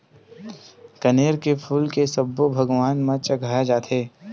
कनेर के फूल के सब्बो भगवान म चघाय जाथे